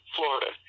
Florida